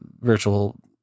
virtual